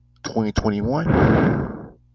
2021